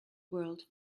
world